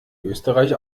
österreich